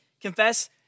confess